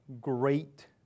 great